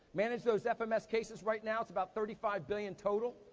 manage those fms cases right now. it's about thirty five billion total.